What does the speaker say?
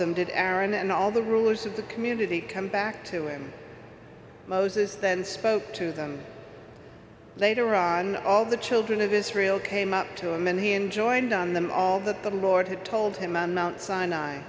them did aaron and all the rulers of the community come back to him moses then spoke to them later on all the children of israel came up to him and he enjoined on them all that the lord had told him on mount sinai